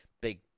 big